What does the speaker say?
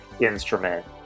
instrument